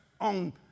on